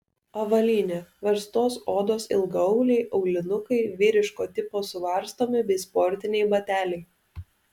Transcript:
avalynė verstos odos ilgaauliai aulinukai vyriško tipo suvarstomi bei sportiniai bateliai